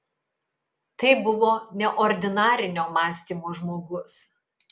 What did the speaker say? tai buvo neordinarinio mąstymo žmogus